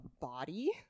body